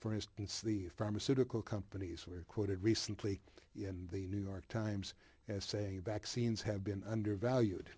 for instance the pharmaceutical companies were quoted recently in the new york times as saying vaccines have been undervalued